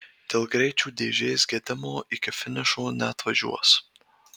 dėl greičių dėžės gedimo iki finišo neatvažiuos